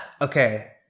okay